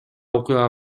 окуяга